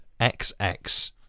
XX